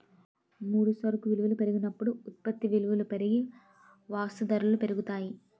ముడి సరుకు విలువల పెరిగినప్పుడు ఉత్పత్తి విలువ పెరిగి వస్తూ ధరలు పెరుగుతాయి